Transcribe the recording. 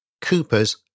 coopers